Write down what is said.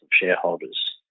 shareholders